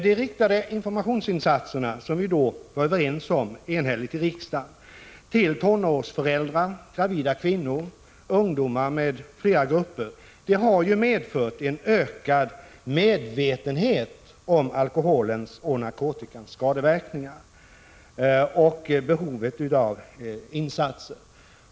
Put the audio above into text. De riktade informationsinsatserna som vi då var eniga om i riksdagen till tonårsföräldrar, gravida kvinnor, ungdomar m.fl. grupper har medfört en ökad medvetenhet om alkoholens och narkotikans skadeverkningar och behovet av insatser.